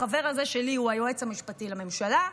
החבר הזה שלי הוא היועץ המשפטי לממשלה,